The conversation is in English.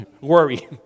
worry